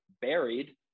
buried